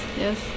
yes